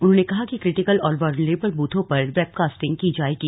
उन्होंने कहा कि क्रिटिकल और वल्नरेबल बूथों पर वेबकास्टिंग की जायेगी